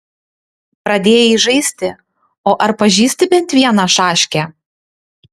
pradėjai žaisti o ar pažįsti bent vieną šaškę